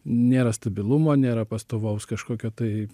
nėra stabilumo nėra pastovaus kažkokio tai